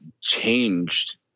changed